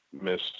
Miss